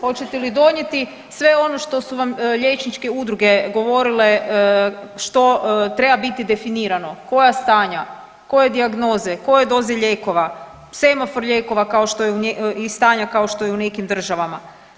Hoćete li donijeti sve ono što su vam liječničke udruge govorile što treba biti definirano, koja stanja, koje dijagnoze, koje doze lijekova, semafor lijekova i stanja kao što je u nekim državama.